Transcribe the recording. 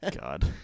god